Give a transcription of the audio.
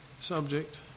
subject